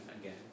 again